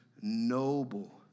noble